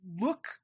look